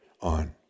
on